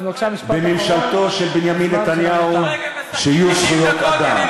כדורגל משחקים 90 דקות, זוהיר.